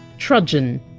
trudgen,